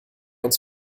uns